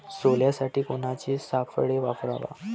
सोल्यासाठी कोनचे सापळे वापराव?